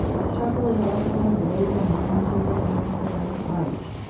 struggle is also kind of woven into the things that are right